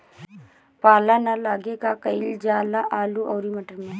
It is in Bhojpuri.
पाला न लागे का कयिल जा आलू औरी मटर मैं?